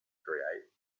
create